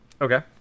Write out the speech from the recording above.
Okay